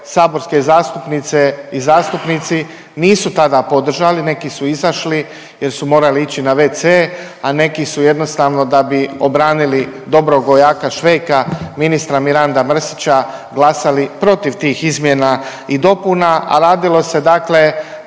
saborske zastupnice i zastupnici nisu tada podržali, neki su izašli jer su morali ići na wc, a neki su jednostavno da bi obranili dobrog vojaka …/Govornik se ne razumije./… ministra Miranda Mrsića glasali protiv tih izmjena i dopuna, a radilo se dakle